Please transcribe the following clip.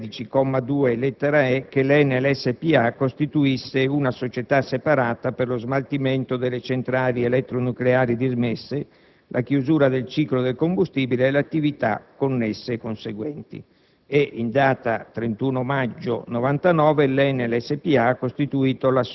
recante norme comuni per il mercato interno dell'energia elettrica, prevedeva, all'articolo 13, comma 2, lettera *e)*, che l'Enel spa costituisse una società separata per lo «smaltimento delle centrali elettronucleari dismesse, la chiusura del ciclo del combustibile e le attività connesse e conseguenti».